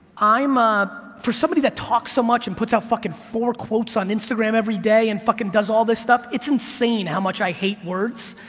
ah for somebody that talks so much and puts out fucking four quotes on instagram every day, and fucking does all this stuff, it's insane how much i hate words.